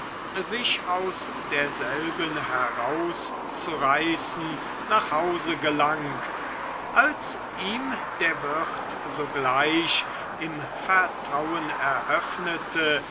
sich aus derselben herauszureißen nach hause gelangt als ihm der wirt sogleich im vertrauen eröffnete